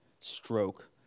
stroke